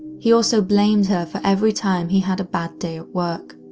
he also blamed her for every time he had a bad day at work.